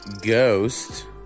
Ghost